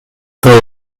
que